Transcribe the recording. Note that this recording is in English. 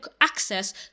access